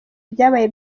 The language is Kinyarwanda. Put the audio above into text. ibyabaye